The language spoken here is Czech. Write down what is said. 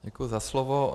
Děkuji za slovo.